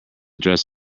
dress